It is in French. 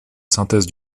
synthèse